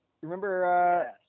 Remember